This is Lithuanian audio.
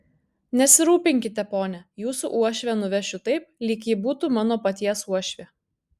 nesirūpinkite pone jūsų uošvę nuvešiu taip lyg ji būtų mano paties uošvė